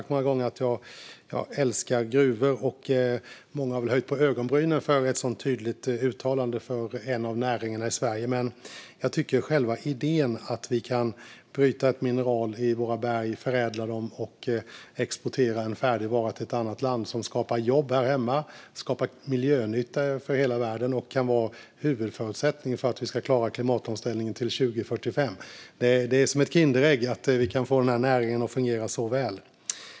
Många har väl höjt på ögonbrynen för ett så tydligt uttalande för en av näringarna i Sverige, men jag tycker att själva idén att vi kan bryta mineral i våra berg, förädla dem och exportera en färdig vara till ett land, som skapar jobb här hemma, som skapar miljönytta för hela världen och kan vara huvudförutsättningen för att vi ska klara klimatomställningen till 2045, är som ett Kinderägg; vi kan få näringen att fungera så väl.